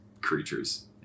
creatures